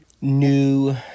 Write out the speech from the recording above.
new